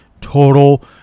total